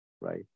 Right